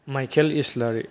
Michael Islary